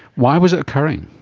why was it occurring?